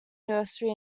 nursery